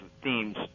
themes